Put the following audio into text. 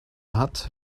hat